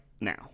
now